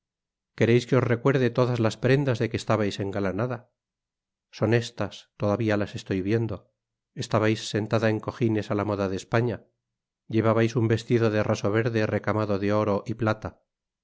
quereis que os recuerde todas las prendas de que estabais engalanada son estas todavía las estoy viendo estabais sentada en cojines á la moda de españa llevabais un vestido de raso verde recamado de oro y plata